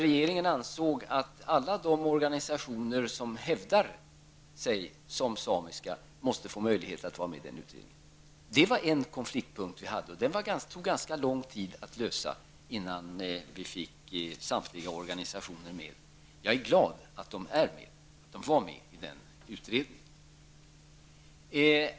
Regeringen ansåg att alla de organisationer som hävdar sig som samiska måste få möjlighet att vara med i utredningen. Detta var en konflikt som vi hade, och den tog det ganska lång tid att lösa innan vi fick samtliga organisationer med. Jag är glad att alla blev med i utredningen.